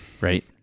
right